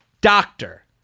Doctor